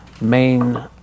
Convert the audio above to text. main